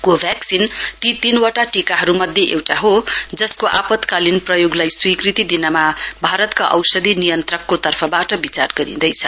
कोभ्याक्सिन तीनवटा टीकाहरूमध्ये एउटा हो जसको आपतकालीन प्रयोगलाई स्वीकृति दिनमा भारतका औषधी नियन्त्रण तर्फबाट विचार गरिँदैछ